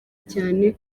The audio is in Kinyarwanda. cyane